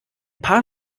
paar